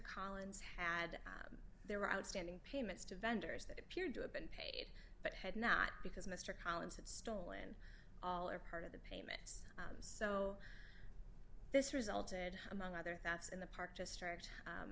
collins had there were outstanding payments to vendors that appeared to have been paid but had not because mr collins had stolen all or part of the payments so this resulted among other that's in the park district